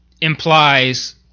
implies